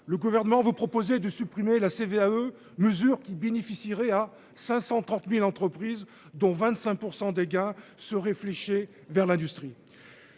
Le gouvernement veut proposer de supprimer la CVAE, mesure qui bénéficierait à 530.000 entreprises dont 25% des gains seraient fléchés vers l'industrie.